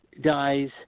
dies